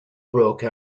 broke